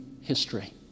history